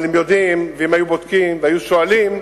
אבל הם יודעים, ואם היו בודקים והיו שואלים,